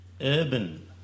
urban